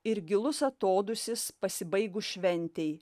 ir gilus atodūsis pasibaigus šventei